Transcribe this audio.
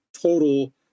total